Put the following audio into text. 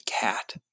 cat